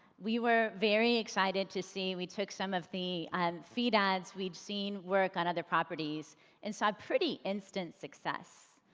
we were very excited to see we took some of the feed ads we've seen work on other properties and saw pretty instant success.